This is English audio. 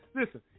Listen